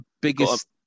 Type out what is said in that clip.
biggest